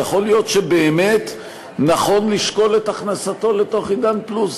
יכול להיות שבאמת נכון לשקול את הכנסתו לתוך "עידן פלוס".